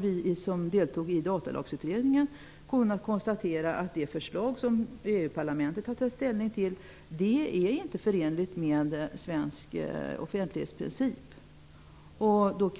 Vi som deltog i Datalagsutredningen kunde konstatera att det förslag som EU-parlamentet har tagit ställning till inte är förenligt med svensk offentlighetsprincip. Om